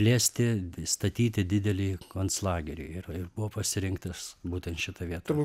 plėsti statyti didelį konclagerį ir ir buvo pasirinktas būtent šita vieta